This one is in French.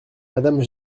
madame